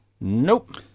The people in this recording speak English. Nope